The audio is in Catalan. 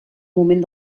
moment